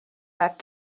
that